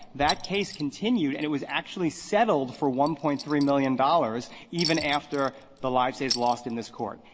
that case continued and it was actually settled for one point three million dollars, even after the livesays lost in this court.